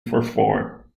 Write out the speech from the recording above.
perform